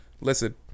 Listen